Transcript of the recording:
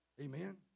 Amen